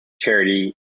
charity